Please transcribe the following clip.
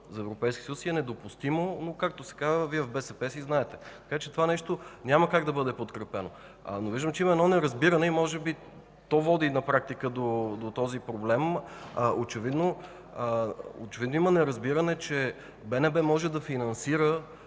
за Европейския съюз и е недопустимо, но, както се казва, Вие в БСП си знаете. Това нещо няма как да бъде подкрепено. Но виждам, че има едно неразбиране, и може би то води на практика до този проблем. Очевидно има неразбиране, че БНБ може да финансира